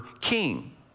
king